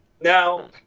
Now